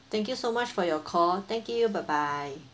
thank you so much for your call thank you bye bye